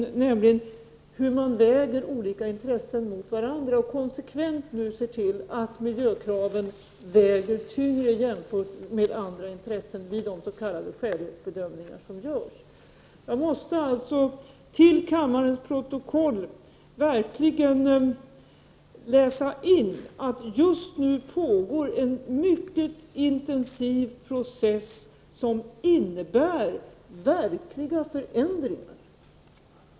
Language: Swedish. Det handlar dels om hur man väger olika intressen mot varandra, dels om att man konsekvent skall se till att miljökraven väger tyngre än andra intressen vid de s.k. skälighetsbedömningar som görs. Jag måste alltså till kammarens protokoll få läsa in att det just nu sker en mycket intensiv process som innebär verkliga förändringar.